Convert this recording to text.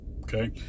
Okay